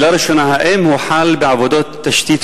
שאלה ראשונה: האם הוחל בעבודות תשתית